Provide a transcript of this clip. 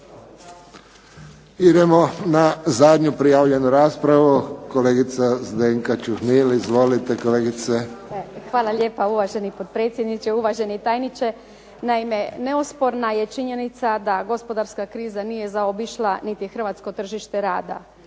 Idemo na zadnju prijavljenu raspravu, kolegica Zdenka Čuhnil. Izvolite kolegice. **Čuhnil, Zdenka (Nezavisni)** Hvala lijepa uvaženi potpredsjedniče, uvaženi tajniče. Naime, neosporna je činjenica da gospodarska kriza nije zaobišla niti hrvatsko tržište rada.